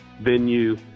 venue